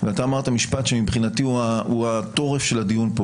ואתה אמרת משפט שמבחינתי הוא התורף של הדיון פה